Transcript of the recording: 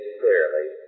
clearly